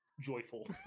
joyful